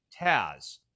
Taz